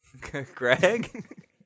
greg